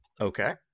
Okay